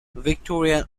victorian